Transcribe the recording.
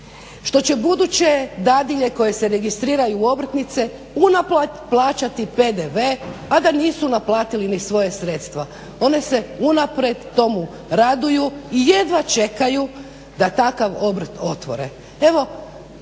što će buduće dadilje koje se registriraju u obrtnice unaprijed plaćati PDV a da nisu naplatili ni svoje sredstva. One se unaprijed tomu raduju i jedva čekaju da takav obrt otvore.